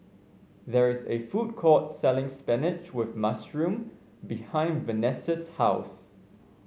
there is a food court selling spinach with mushroom behind Venessa's house